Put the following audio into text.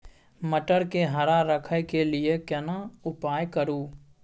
मटर के हरा रखय के लिए केना उपाय करू?